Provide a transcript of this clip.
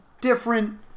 different